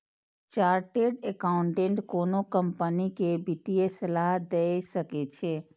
chartered accountant कोनो company कें वित्तीय सलाह दए सकै छै